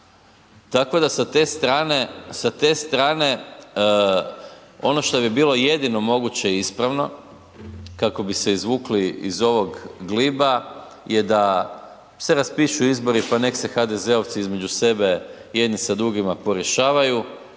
strane, sa te strane ono što bi bilo jedino moguće ispravno kako bi se izvukli iz ovog gliba je da se raspišu izbori pa nek se HDZ-ovci između sebe jedni sa drugima porješavaju,